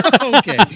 Okay